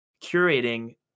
curating